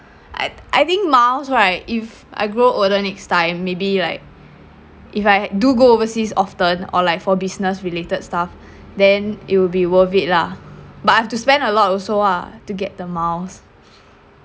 I I think miles right if I grow older next time maybe like if I do go overseas often or like for business related stuff then it will be worth it lah but I have to spend a lot also ah to get the miles